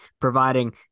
providing